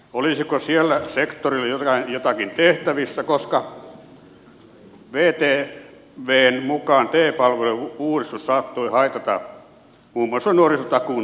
olisiko sillä sektorilla jotakin tehtävissä koska vtvn mukaan te palvelujen uudistus saattoi haitata muun muassa nuorisotakuun tavoitteita